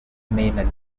maynard